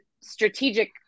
strategic